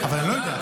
אבל אני לא יודע.